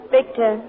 Victor